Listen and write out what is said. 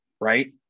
Right